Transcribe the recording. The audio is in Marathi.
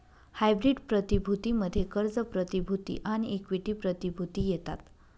हायब्रीड प्रतिभूती मध्ये कर्ज प्रतिभूती आणि इक्विटी प्रतिभूती येतात